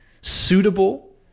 suitable